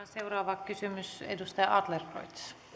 seuraava kysymys edustaja adlercreutz